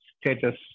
status